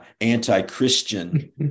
anti-Christian